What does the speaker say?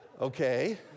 Okay